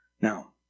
Now